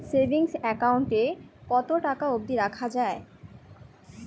Savings account এ কতো টাকা অব্দি রাখা যায়?